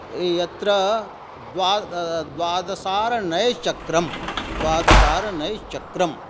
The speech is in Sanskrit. यत्र द्वा द्वादशारणयचक्रं द्वादशारणयचक्रं